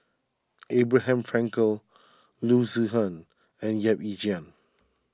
Abraham Frankel Loo Zihan and Yap Ee Chian